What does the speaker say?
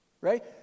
Right